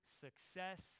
success